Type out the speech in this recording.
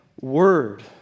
Word